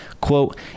Quote